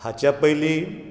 हाच्या पयलीं